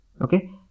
Okay